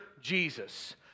Jesus